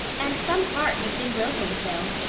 and some heart has been broken, phil.